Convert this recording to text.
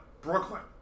Brooklyn